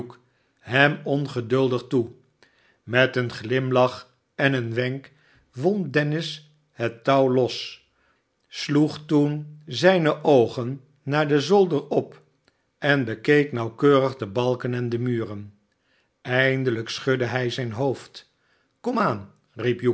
hem ongeduldig toe met een glimlach en een wenk wond dennis het touw los sloeg toen zijne oogen naar den zolder op en bekeek nauwkeurig de balken en de muren eindelijk schudde hij zijn hoofd